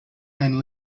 and